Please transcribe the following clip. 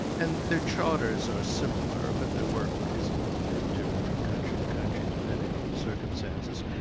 and their charters are similar but their work is a little bit different from country to country, depending on the circumstances.